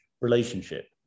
relationship